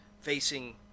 facing